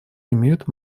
имеют